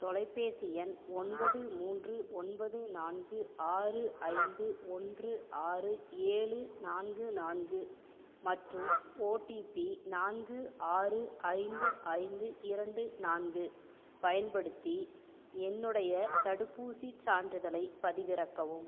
தொலைபேசி எண் ஒன்பது மூன்று ஒன்பது நான்கு ஆறு ஐந்து ஒன்று ஆறு ஏழு நான்கு நான்கு மற்றும் ஓடிபி நான்கு ஆறு ஐந்து ஐந்து இரண்டு நான்கு பயன்படுத்தி என்னுடைய தடுப்பூசிச் சான்றிதழைப் பதிவிறக்கவும்